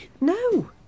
No